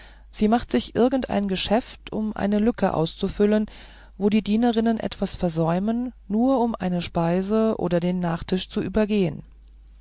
sie macht sich irgendein geschäft um eine lücke auszufüllen wo die dienerinnen etwas versäumen nur um eine speise oder den nachtisch zu übergehen